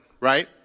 right